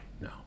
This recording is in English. No